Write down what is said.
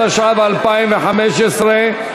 התשע"ו 2015,